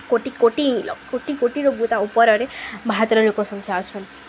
କୋଟି କୋଟି କୋଟି କୋଟିରୁ ତା ଉପରରେ ଭାରତରେ ଲୋକ ସଂଖ୍ୟା ଅଛନ୍ତି